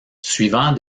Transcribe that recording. suivant